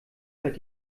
seit